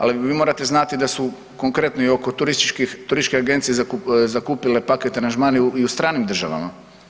Ali vi morate znati da su konkretno i turističke agencije zakupile paket aranžmane i u stranim državama.